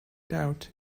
doubt